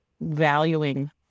valuing